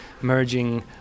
merging